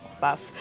buff